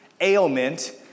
ailment